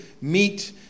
meet